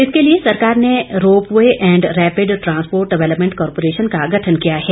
इसके लिए सरकार ने rope way and rapid transport development corporation का गठन किया है